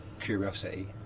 curiosity